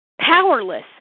Powerless